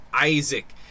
isaac